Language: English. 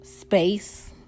space